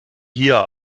hier